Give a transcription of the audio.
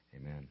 amen